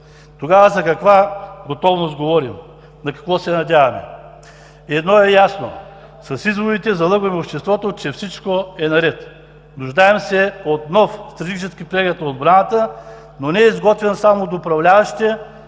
Тогава за каква готовност говорим? На какво се надяваме? Едно е ясно – с изводите залъгваме обществото, че всичко е наред. Нуждаем се от нов стратегически преглед на отбраната, но не изготвен само от управляващите,